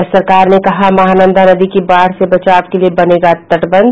राज्य सरकार ने कहा महानंदा नदी की बाढ़ से बचाव के लिए बनेगा तटबंध